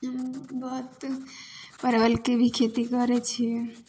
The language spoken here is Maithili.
बहुत परवलके भी खेती करै छिए